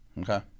Okay